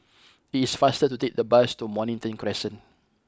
it is faster to take the bus to Mornington Crescent